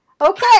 Okay